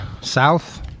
South